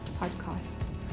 podcasts